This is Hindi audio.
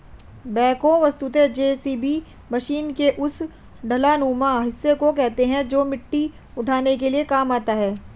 बेक्हो वस्तुतः जेसीबी मशीन के उस डालानुमा हिस्सा को कहते हैं जो मिट्टी आदि उठाने के काम आता है